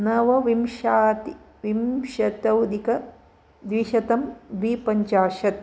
नवविंशति विंशत्यधिकद्विशतं द्विपञ्चाशत्